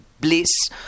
bliss